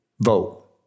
vote